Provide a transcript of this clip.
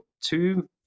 two